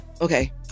okay